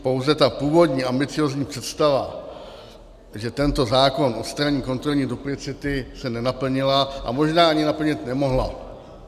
Pouze ta původní ambiciózní představa, že tento zákon odstraní kontrolní duplicity, se nenaplnila a možná ani naplnit nemohla.